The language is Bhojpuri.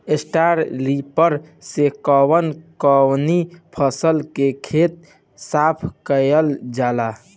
स्टरा रिपर से कवन कवनी फसल के खेत साफ कयील जाला?